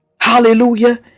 Hallelujah